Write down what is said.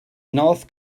north